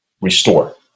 restore